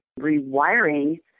rewiring